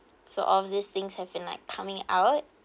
so all of these things have been like coming out